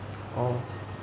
orh